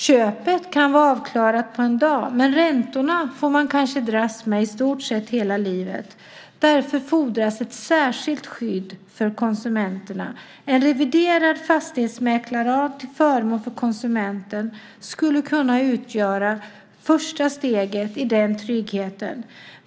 Köpet kan vara avklarat på en dag, men räntorna får man kanske dras med i stort sett hela livet. Därför fordras ett särskilt skydd för konsumenterna. En reviderad fastighetsmäklarlag till förmån för konsumenten skulle kunna utgöra första steget i den tryggheten.